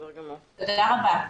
תודה רבה.